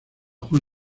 juan